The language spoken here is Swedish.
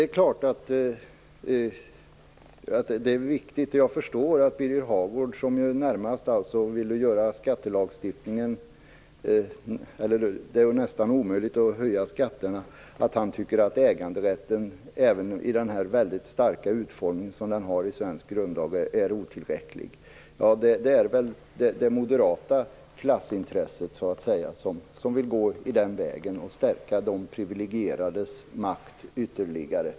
Jag förstår att Birger Hagård, som anser att det nästan är omöjligt att höja skatterna, tycker att äganderätten även i den mycket starka utformning som den har i svensk grundlag är otillräcklig. Det är väl det moderata klassintresset som gör att man vill gå den vägen och ytterligare stärka de privilegierades makt.